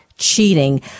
cheating